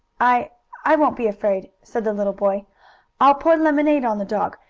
i i won't be afraid, said the little boy i'll pour lemonade on the dog,